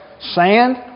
sand